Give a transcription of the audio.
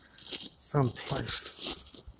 someplace